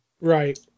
Right